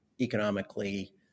economically